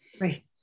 Right